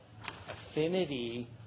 affinity